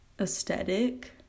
aesthetic